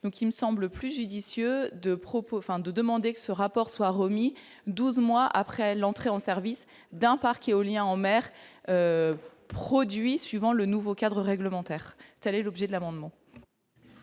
donc il me semble plus judicieux de propos afin de demander que ce rapport soit remis 12 mois après l'entrée en service d'un parc éolien en mer produits suivant le nouveau cadre réglementaire, telle est l'objet de l'amendement.